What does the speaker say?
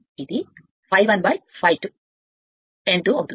n2 అవుతుంది